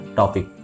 topic